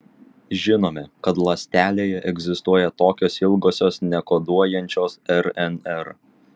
žinome kad ląstelėje egzistuoja tokios ilgosios nekoduojančios rnr